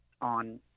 on